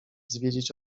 zwiedzić